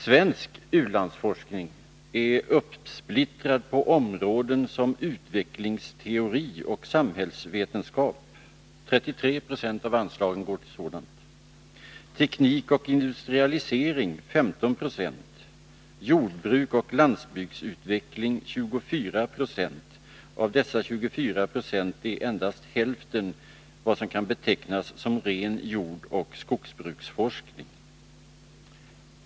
Svensk u-landsforskning är uppsplittrad på områden som utvecklingsteori och samhällsvetenskap med 33 22 av anslaget, teknik och industrialisering med 15 96 och jordbruk och landsbygdsutveckling med 24 96, varav endast hälften kan betecknas som ren jordoch skogsbruksforskning.